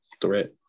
threat